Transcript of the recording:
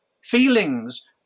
feelings